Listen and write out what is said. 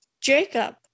Jacob